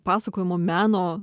pasakojimo meno